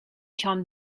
john